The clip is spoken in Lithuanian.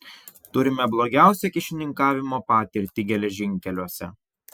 turime blogiausią kyšininkavimo patirtį geležinkeliuose